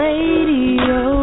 Radio